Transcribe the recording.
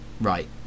right